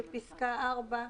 בפסקה (4),